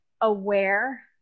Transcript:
aware